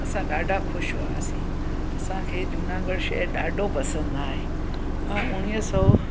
असां ॾाढा ख़ुशि हुआसीं असांखे जूनागढ़ शहर ॾाढो पसंदि आहे ऐं उणिवीह सौ